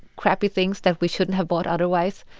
crappy things that we shouldn't have bought otherwise.